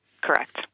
Correct